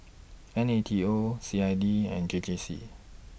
N A T O C I D and K J C